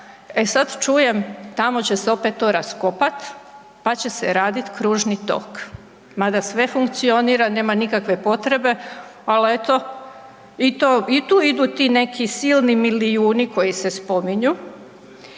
E sad čujem, tamo će se opet to raskopat, pa će se radit kružni tok, mada sve funkcionira, nema nikakve potrebe, al eto i to, i tu idu ti neki silni milijuni koji se spominju.